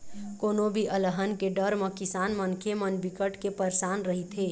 कोनो भी अलहन के डर म किसान मनखे मन बिकट के परसान रहिथे